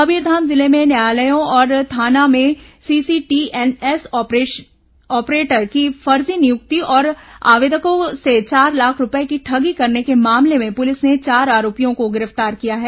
कबीरधाम जिले में न्यायालयों और थानों में सीसीटीएनएस ऑपरेटर की फजी नियुक्ति और आवेदकों से चार लाख रूपए की ठगी करने के मामले में पुलिस ने चार आरोपियों को गिरफ्तार किया है